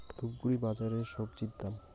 ধূপগুড়ি বাজারের স্বজি দাম?